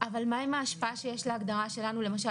אבל מה עם ההשפעה שיש להגדרה שלנו למשל